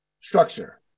structure